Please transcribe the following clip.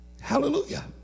hallelujah